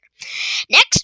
Next